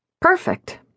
Perfect